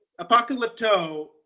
Apocalypto